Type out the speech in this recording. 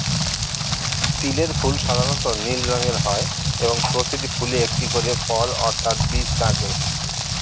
তিলের ফুল সাধারণ নীল রঙের হয় এবং প্রতিটি ফুলে একটি করে ফল অর্থাৎ বীজ থাকে